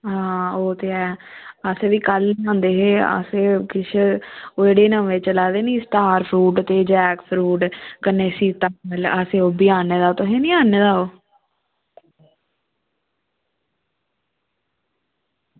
अस बी कल्ल बनांदे हे ओह् किश जेह्ड़े न ते ओह् चला दे नी स्टार फ्रूट ते जैक फ्रूट कन्नै सीताफल असें आह्ने दा तुसें निं आह्ने दा ओह्